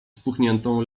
spuchniętą